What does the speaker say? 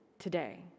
Today